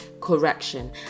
correction